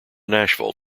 nashville